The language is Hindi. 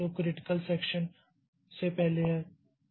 तो क्रिटिकल सेक्षन से पहले है